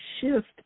shift